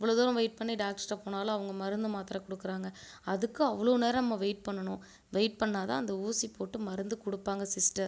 இவ்வளோ தூரம் வெயிட் பண்ணி டாக்டருட்ட போனாலும் அவங்க மருந்து மாத்தரை கொடுக்குறாங்க அதுக்கு அவ்வளோ நேரம் நம்ம வெயிட் பண்ணணும் வெயிட் பண்ணால் தான் அந்த ஊசி போட்டு மருந்து கொடுப்பாங்க சிஸ்டர்